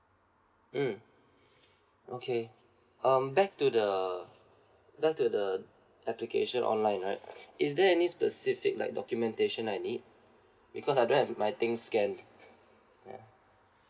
mm okay um back to the back to the application online right is there any specific like documentation I need because I don't have my things scanned ya